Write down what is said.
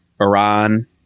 Iran